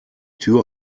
tür